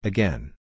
Again